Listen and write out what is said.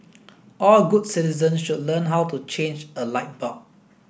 all good citizens should learn how to change a light bulb